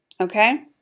okay